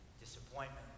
disappointment